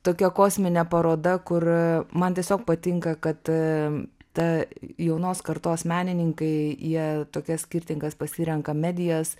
tokia kosminė paroda kur man tiesiog patinka kad ta jaunos kartos menininkai jie tokias skirtingas pasirenka medijas